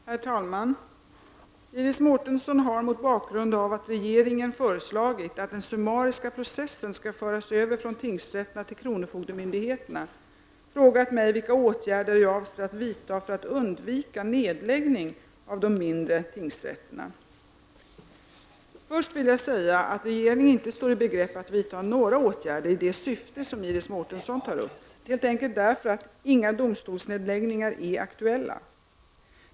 Herr talman! Iris Mårtensson har, mot bakgrund av att regeringen föreslagit att den summariska processen skall föras över från tingsrätterna till kronofogdemyndigheterna, frågat mig vilka åtgärder jag avser att vidta för att undvika nedläggning av de mindre tingsrätterna. Först vill jag säga att regeringen inte står i begrepp att vidta några åtgärder i det syfte som Iris Mårtensson tar upp, helt enkelt därför att inga domstolsnedläggningar är aktuella.